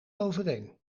overeen